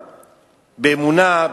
באמונה,